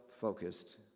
Focused